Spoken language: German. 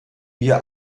via